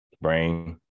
Brain